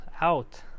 out